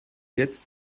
jetzt